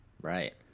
right